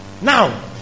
Now